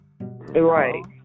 Right